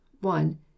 one